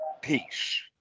peace